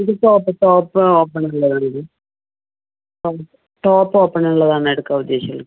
ഇതിപ്പോൾ ഓപ്പ് top open ഉള്ളതാണോ ഇത് ടോപ്പ് ഒപ്പണുള്ളതാണ് എടുക്കാൻ ഉദ്ദേശിക്കുന്നത്